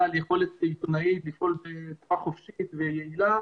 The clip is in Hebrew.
על יכולת עיתונאית לפעול בצורה חופשית ויעילה,